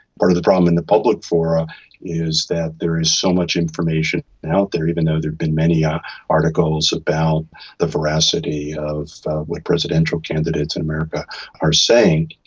part of the problem in the public fora is that there is so much information out there, even though there have been many ah articles about the voracity of what presidential candidates in america are saying,